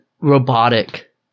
robotic